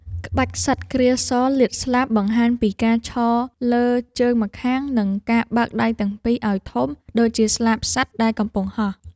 ក្បាច់ សត្វក្រៀលសលាតស្លាប បង្ហាញពីការឈរលើជើងម្ខាង និងការបើកដៃទាំងពីរឱ្យធំដូចជាស្លាបសត្វដែលកំពុងហោះ។